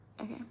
Okay